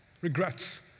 Regrets